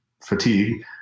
fatigue